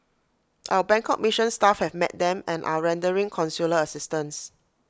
our Bangkok mission staff have met them and are rendering consular assistance